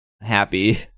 happy